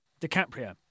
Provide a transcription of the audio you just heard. DiCaprio